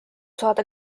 saada